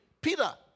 Peter